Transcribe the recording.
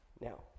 Now